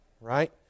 right